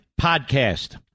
Podcast